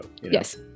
Yes